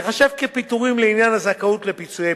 תיחשב פיטורים לעניין הזכאות לפיצויי פיטורים.